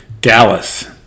Dallas